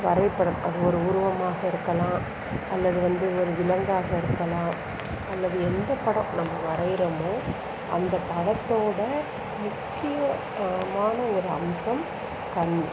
வரைபடம் அது ஒரு உருவமாக இருக்கலாம் அல்லது வந்து ஒரு விலங்காக இருக்கலாம் அல்லது எந்த படம் நம்ம வரைகிறமோ அந்த படத்தோட முக்கியமான ஒரு அம்சம் கண்